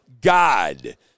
God